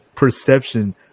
perception